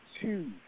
two